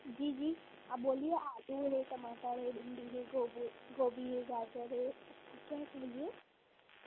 जी जी आप बोलिए आलू है टमाटर है भिंडी है गोभी गोभी है गाजर है आपको क्या चाहिए